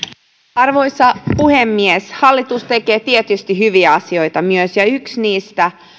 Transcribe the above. arvoisa puhemies hallitus tekee tietysti myös hyviä asioita ja yksi niistä